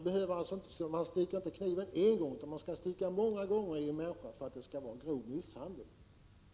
Kniven skall stickas inte bara en gång utan många gånger i en människa för att det skall dömas som grov misshandel.